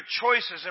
choices